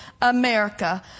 America